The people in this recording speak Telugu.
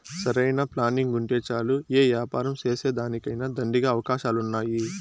సరైన ప్లానింగుంటే చాలు యే యాపారం సేసేదానికైనా దండిగా అవకాశాలున్నాయి